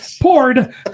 Poured